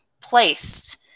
placed